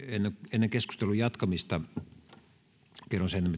ennen keskustelun jatkamista kerron sen